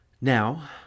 Now